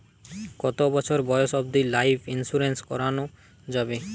কতো বছর বয়স অব্দি লাইফ ইন্সুরেন্স করানো যাবে?